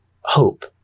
hope